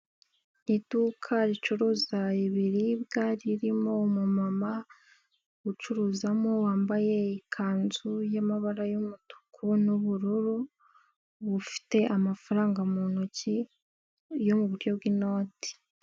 Iduka ricuruza ibiribwa, ririmo umumama ucuruzamo wambaye ikanzu y'amabara y'umutuku n'ubururu. Afite amafaranga mu ntoki y'inoti.